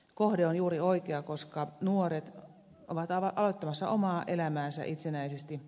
kohde on juuri oikea koska nuoret ovat aloittamassa omaa elämäänsä itsenäisesti